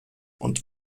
und